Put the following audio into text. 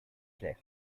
clair